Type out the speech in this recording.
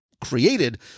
created